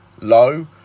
low